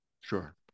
Sure